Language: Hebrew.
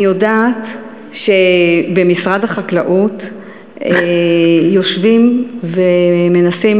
אני יודעת שבמשרד החקלאות יושבים ומנסים